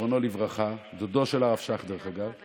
זיכרונו לברכה, דרך אגב, הוא